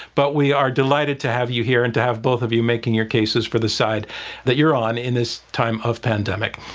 but we are delighted to have you here and to have both of you making your cases for the side that you're on in this time of pandemic.